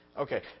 Okay